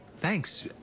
Thanks